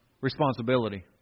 Responsibility